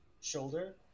shoulder